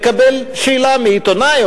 מקבל שאלה מעיתונאי,